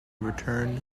returned